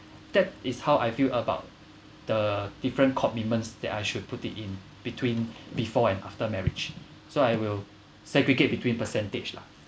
that is how I feel about the different commitments that I should put it in between before and after marriage so I will segregate between percentage lah